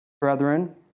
brethren